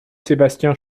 sébastien